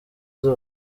zose